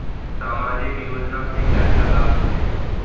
सामाजिक योजना से क्या क्या लाभ होते हैं?